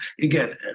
again